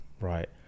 right